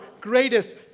greatest